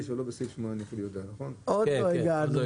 5א1 וסעיף 5א2 שהוא 6. בבקשה.